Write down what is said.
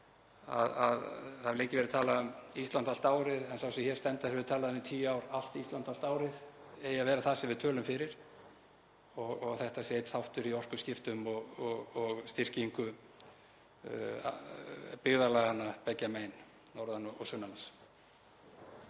það hefur lengi verið talað um Ísland allt árið en sá sem hér stendur hefur talað í tíu ár um allt Ísland allt árið, það eigi að vera það sem við tölum fyrir og þetta sé einn þáttur í orkuskiptum og styrkingu byggðarlaganna beggja megin, norðan og sunnan